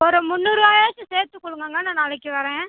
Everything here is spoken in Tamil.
ஒரு முந்நூறுபாயாச்சும் சேர்த்து கொடுங்கங்க நான் நாளைக்கு வரேன்